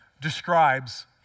describes